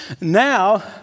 Now